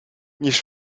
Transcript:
niż